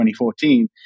2014